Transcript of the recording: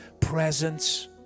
presence